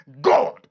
God